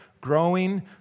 Growing